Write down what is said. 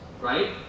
Right